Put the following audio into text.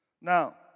Now